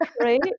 right